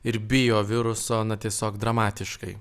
ir bijo viruso na tiesiog dramatiškai